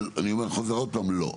אבל אני חוזר ואומר עוד פעם, לא.